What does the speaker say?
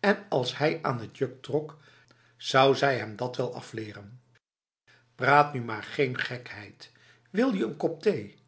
en als hij aan het juk trok zou zij hem dat wel afleren praat nu maar geen gekheid wil je n kop thee